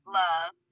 love